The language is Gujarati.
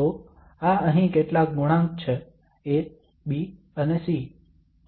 તો આ અહીં કેટલાક ગુણાંક છે A B અને C